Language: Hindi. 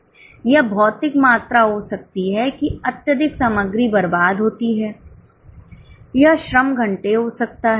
यह भौतिक मात्रा हो सकती है कि अत्यधिक सामग्री बर्बाद होती है यह श्रम घंटे हो सकता है